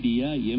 ಡಿಯ M